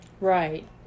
Right